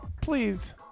please